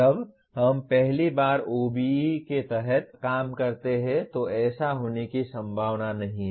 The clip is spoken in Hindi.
जब हम पहली बार OBE के तहत काम करते हैं तो ऐसा होने की संभावना नहीं है